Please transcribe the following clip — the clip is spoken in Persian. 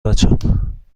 بچم